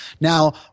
Now